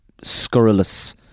scurrilous